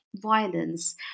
violence